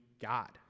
God